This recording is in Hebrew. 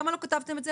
למה לא כתבתם את זה?